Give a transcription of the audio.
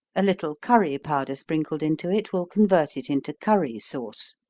a little curry powder sprinkled into it, will convert it into curry sauce.